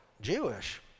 Jewish